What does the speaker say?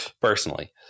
personally